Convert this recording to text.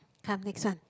come next one